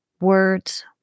words